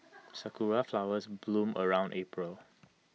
Sakura Flowers bloom around April